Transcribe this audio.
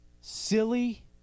silly